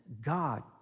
God